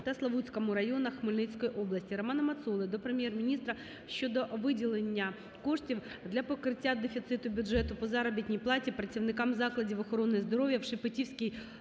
та Славутському районах Хмельницької області. Романа Мацоли до Прем'єр-міністра України щодо виділення коштів для покриття дефіциту бюджету по заробітній платі працівникам закладів охорони здоров'я в Шепетівському